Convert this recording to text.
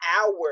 hours